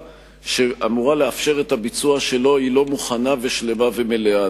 שאמורה לאפשר את הביצוע שלו לא מוכנה ושלמה ומלאה.